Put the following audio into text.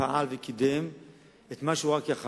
פעל וקידם את מה שהוא רק יכול היה,